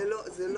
זה לא הוכנס.